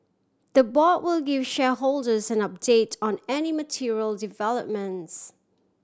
the board will give shareholders an update on any material developments